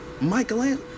Michael